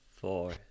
four